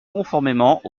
conformément